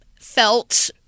felt